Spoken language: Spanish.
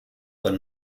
con